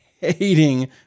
hating